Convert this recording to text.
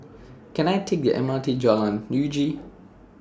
Can I Take The M R T Jalan Uji